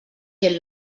gent